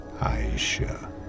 Aisha